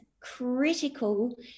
critical